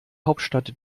hauptstadt